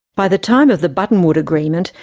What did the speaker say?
by the time of the buttonwood agreement,